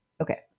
Okay